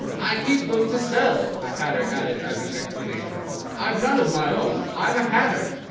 i keep them to sell, the hatter added as an explanation i've none of my own. i'm a hatter.